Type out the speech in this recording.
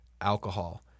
alcohol